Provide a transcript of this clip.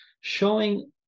showing